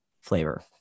flavor